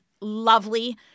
lovely